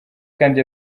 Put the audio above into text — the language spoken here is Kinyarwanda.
kandi